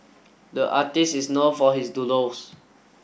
the artist is known for his doodles